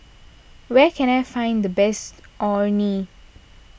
where can I find the best Orh Nee